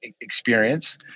experience